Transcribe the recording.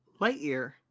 Lightyear